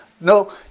No